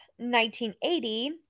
1980